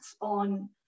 on